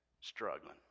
struggling